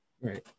Right